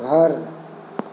घर